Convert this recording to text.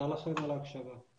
תודה לכם על ההקשבה.